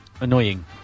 annoying